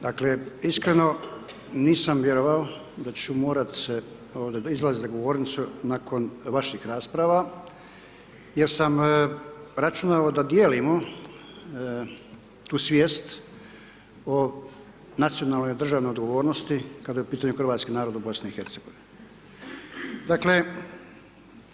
Dakle iskreno nisam vjerovao da ću morat ovdje izlazit za govornicu nakon vaših rasprava jer sam računao da dijelimo tu svijest o nacionalnoj državnoj odgovornosti kada je u pitanju hrvatski narod u BiH-u.